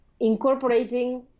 incorporating